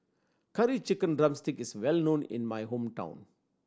Curry Chicken drumstick is well known in my hometown